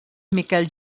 miquel